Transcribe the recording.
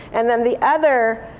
and then the other,